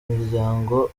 imiryango